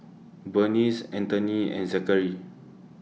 Berniece Anthoney and Zackary